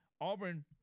Auburn